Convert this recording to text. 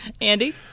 Andy